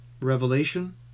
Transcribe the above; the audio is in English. Revelation